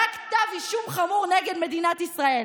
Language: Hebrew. רק כתב אישום חמור נגד מדינת ישראל.